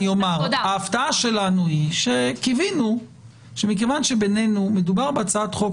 ההפתעה שלנו היא שקיווינו שמכיוון שבינינו מדובר בהצעת חוק,